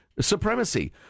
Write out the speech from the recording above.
supremacy